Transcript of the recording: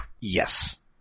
Yes